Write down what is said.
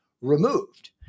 removed